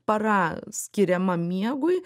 para skiriama miegui